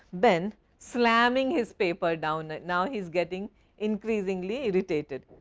ben slamming his paper down, now, he is getting increasingly irritated.